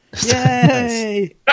Yay